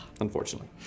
unfortunately